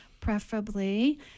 preferably